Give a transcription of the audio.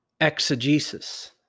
exegesis